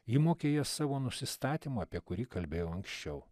ji mokėjo savo nusistatymą apie kurį kalbėjau anksčiau